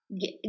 Get